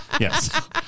Yes